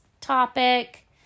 topic